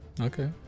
okay